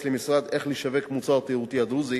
למשרד איך לשווק את המוצר התיירותי הדרוזי